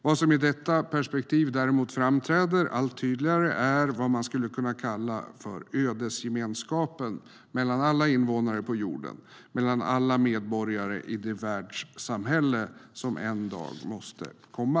Vad som i detta perspektiv däremot framträder allt tydligare är vad man kunde kalla för ödesgemenskapen mellan alla invånare på jorden, mellan alla medborgare i det världssamhälle som en gång måste komma."